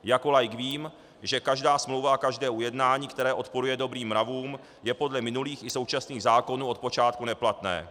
Jako laik vím, že každá smlouva a každé ujednání, které odporuje dobrým mravům, je podle minulých i současných zákonů od počátku neplatné.